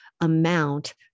amount